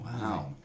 Wow